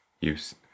use